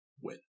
win